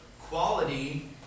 quality